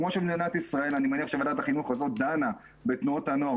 כמו שבמדינת ישראל אני מניח שוועדת החינוך הזו דנה בתנועות הנוער,